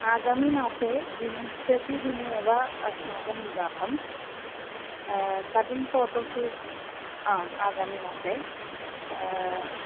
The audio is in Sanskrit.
आगामिमासे विंशतिदिने एव अस्माकं विवाहः कथं फ़ोटोशूट् आ आगामिमासे